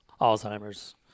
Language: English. Alzheimer's